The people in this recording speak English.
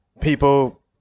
people